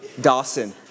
Dawson